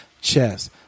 Chess